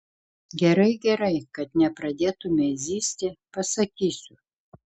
gerai gerai kad nepradėtumei zyzti pasakysiu